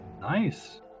Nice